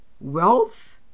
wealth